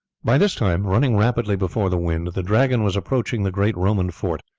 by this time, running rapidly before the wind, the dragon was approaching the great roman fort,